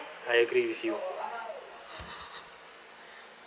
I agree with you